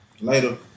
Later